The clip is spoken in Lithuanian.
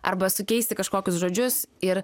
arba sukeisti kažkokius žodžius ir